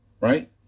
right